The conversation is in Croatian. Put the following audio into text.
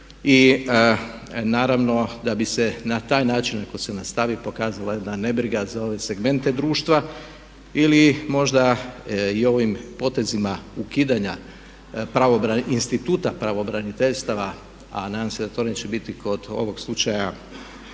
I naravno da bi se na taj način ako se nastavi pokazala jedna nebriga na ove segmente društva ili možda i ovim potezima ukidanja instituta pravobraniteljstava. A nadam se da to neće biti kod ovog slučaja